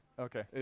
Okay